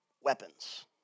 weapons